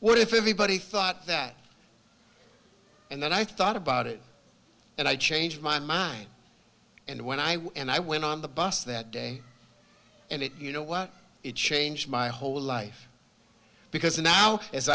what if anybody thought that and then i thought about it and i changed my mind and when i and i went on the bus that day and it you know what it changed my whole life because now as